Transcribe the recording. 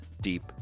deep